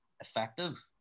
effective